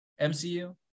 MCU